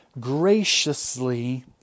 graciously